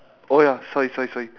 oh ya sorry sorry sorry